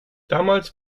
damals